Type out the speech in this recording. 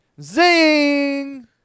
zing